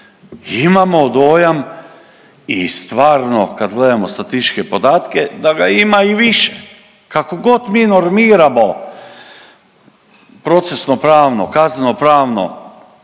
Imamo dojam i stvarno kad gledamo statističke podatke da ga ima i više, kakogod mi normirano procesno pravno, kazneno pravno